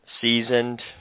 seasoned